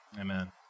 Amen